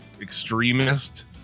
extremist